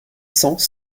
cents